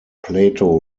plato